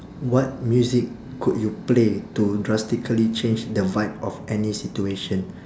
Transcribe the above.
what music could you play to drastically change the vibe of any situation